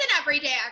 everyday